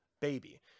baby